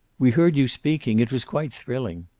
we heard you speaking. it was quite thrilling.